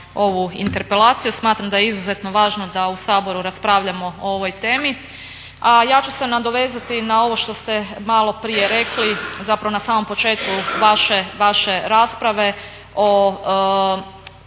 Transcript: ovu interpelaciju, smatram da je izuzetno važno da u Saboru raspravljamo o ovoj temi. A ja ću se nadovezati na ovo što ste malo prije rekli, zapravo na samom početku vaše rasprave o